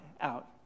out